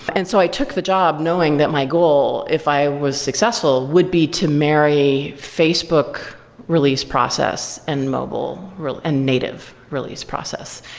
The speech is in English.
and so i took the job knowing that my goal if i was successful would be to marry facebook release process and mobile real and native release process.